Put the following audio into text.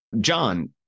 John